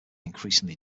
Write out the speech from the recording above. increasingly